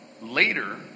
later